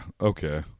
Okay